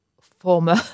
former